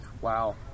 wow